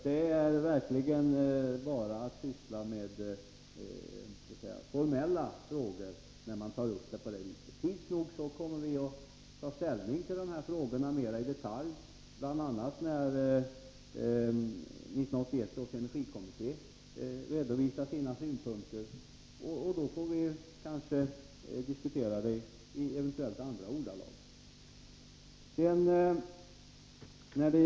Det är verkligen att bara se till det formella, om man finner någon skillnad här emellan. Tids nog kommer vi att få ta ställning till dessa frågor mera i detalj, bl.a. när 1981 års energikommitté redovisar sina synpunkter, och då får vi kanske diskutera det i andra termer.